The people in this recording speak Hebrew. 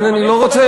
גם אני מכבד אותך.